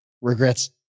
regrets